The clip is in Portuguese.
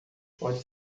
pode